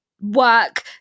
work